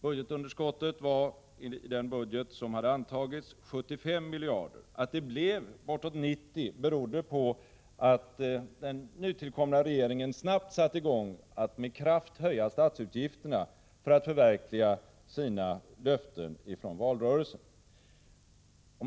Budgetunderskottet var i den budget som hade antagits 75 miljarder. Att det blev bortåt 90 miljarder beror på att den nytillkomna regeringen snabbt satte i gång med att kraftigt höja statsutgifterna för att förverkliga sina löften från valrörelsen.